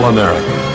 America